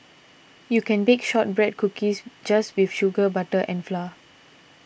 you can bake Shortbread Cookies just with sugar butter and flour